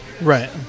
Right